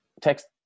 text